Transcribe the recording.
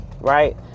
right